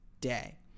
day